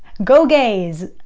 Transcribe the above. go gays!